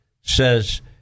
says